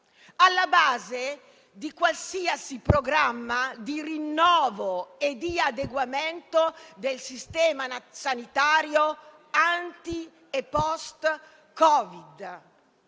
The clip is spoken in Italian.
alla base di qualsiasi programma di rinnovo e di adeguamento del sistema sanitario in chiave anti e post-Covid,